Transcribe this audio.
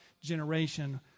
generation